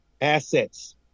assets